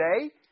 today